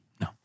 no